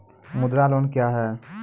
मुद्रा लोन क्या हैं?